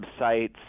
websites